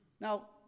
Now